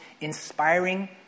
inspiring